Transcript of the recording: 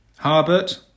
Harbert